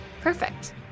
Perfect